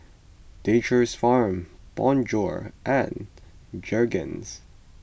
Nature's Farm Bonjour and Jergens